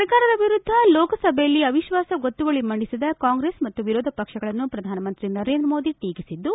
ಸರ್ಕಾರದ ವಿರುದ್ದ ಲೋಕಸಭೆಯಲ್ಲಿ ಅವಿಶ್ವಾಸ ಗೊತ್ತುವಳಿ ಮಂಡಿಸಿದ ಕಾಂಗ್ರೆಸ್ ಮತ್ತು ವಿರೋಧ ಪಕ್ಷಗಳನ್ನು ಪ್ರಧಾನ ಮಂತ್ರಿ ನರೇಂದ್ರ ಮೋದಿ ಟೀಕಿಸಿದ್ದು